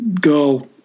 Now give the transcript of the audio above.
girl